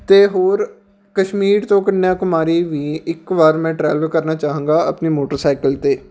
ਅਤੇ ਹੋਰ ਕਸ਼ਮੀਰ ਤੋਂ ਕੰਨਿਆ ਕੁਮਾਰੀ ਵੀ ਇੱਕ ਵਾਰ ਮੈਂ ਟਰੈਵਲ ਕਰਨਾ ਚਾਹਾਂਗਾ ਆਪਣੀ ਮੋਟਰਸਾਈਕਲ 'ਤੇ